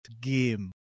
game